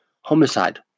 homicide